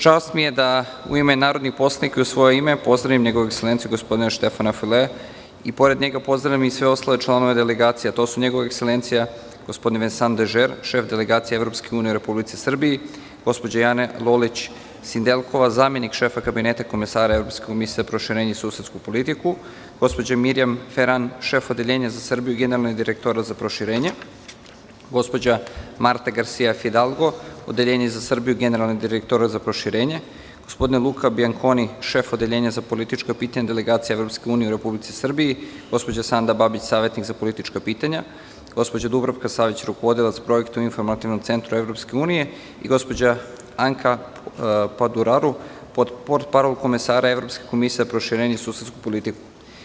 Čast mi je da, u ime narodnih poslanika i u svoje ime, pozdravim Njegovu ekselenciju, gospodina Štefana Filea, a pored njega, pozdravljam i ostale članove delegacije, a to su: Njegova ekselencija, gospodin Vensan Dežer, šef Delegacije Evropske unije u Republici Srbiji, gospođa Jana Lolić – Sindelkova, zamenik šefa Kabineta komesara Evropske komisije za proširenje i susedsku politiku, gospođa Mirijam Feran, šef Odeljenja za Srbiju, generalni direktor za proširenje, gospođa Marta Garsija Fidalgo, Odeljenje za Srbiju, Generalni direktorat za proširenje, gospodin Luka Bjankoni, šef Odeljenja za politička pitanja, Delegacija Evropske unije u Republici Srbiji, gospođa Sanda Babić, savetnik za politička pitanja, gospođa Dubravka Savić, rukovodilac projekata u Informativnom centru Evropske unije i gospođa Anka Paduraru, portparol komesara Evropske komije za proširenje i susedsku politiku.